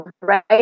right